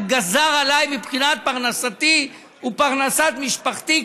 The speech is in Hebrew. הוא גזר עליי כליה מבחינת פרנסתי ופרנסת משפחתי.